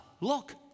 look